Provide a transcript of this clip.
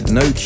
no